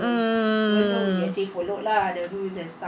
mm